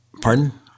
pardon